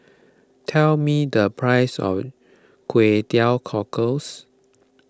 tell me the price of Kway Teow Cockles